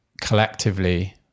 collectively